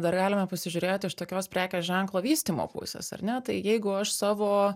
dar galima pasižiūrėti iš tokios prekės ženklo vystymo pusės ar ne tai jeigu aš savo